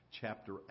Chapter